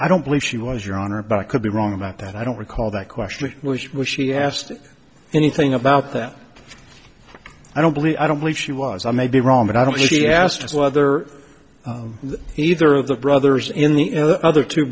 i don't believe she was your honor but i could be wrong about that i don't recall that question was was she asked anything about that i don't believe i don't believe she was i may be wrong but i don't she asked us whether either of the brothers in the other two